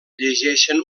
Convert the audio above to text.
llegeixen